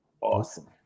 Awesome